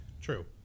True